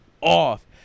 off